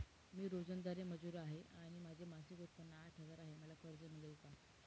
मी रोजंदारी मजूर आहे आणि माझे मासिक उत्त्पन्न आठ हजार आहे, मला कर्ज मिळेल का?